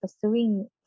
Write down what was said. pursuing